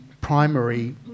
primary